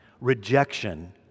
rejection